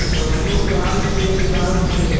दसियो साल के निकाल सकेला